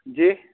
जी